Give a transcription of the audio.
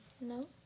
No